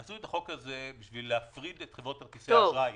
עשו את החוק הזה בשביל להפריד את חברות כרטיסי האשראי.